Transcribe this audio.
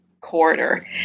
Corridor